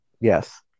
Yes